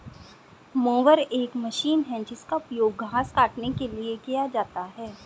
mower एक मशीन है जिसका उपयोग घास काटने के लिए किया जाता है